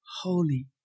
holy